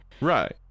Right